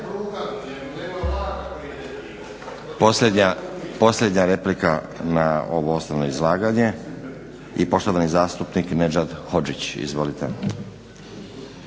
Posljednja replika na ovo osnovno izlaganje i poštovani zastupnik Nedžad Hodžić. **Hodžić,